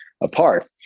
apart